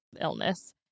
illness